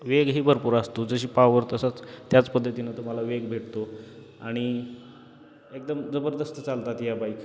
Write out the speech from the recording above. वेगही भरपूर असतो जशी पावर तसंच त्याच पद्धतीनं तुम्हाला वेग भेटतो आणि एकदम जबरदस्त चालतात या बाईक